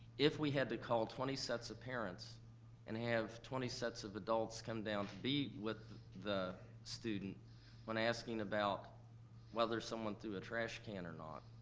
if we had to call twenty sets of parents and have twenty sets of adults come down to be with the student when asking about whether someone threw a trash can or not,